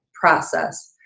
process